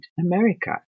America